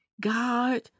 God